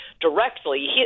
directly